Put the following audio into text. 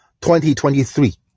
2023